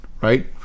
right